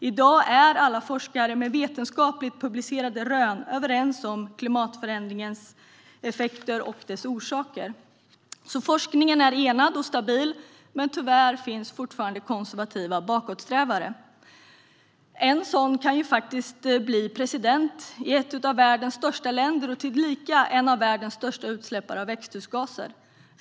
I dag är alla forskare med vetenskapligt publicerade rön överens om klimatförändringens effekter och dess orsaker. Forskningen är enad och stabil, men tyvärr finns fortfarande konservativa bakåtsträvare. En sådan kan faktiskt bli president i ett av världens största länder och tillika en av världens största utsläppare av växthusgaser.